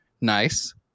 nice